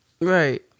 right